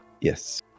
yes